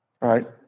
right